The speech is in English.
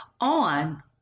on